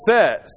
says